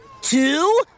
two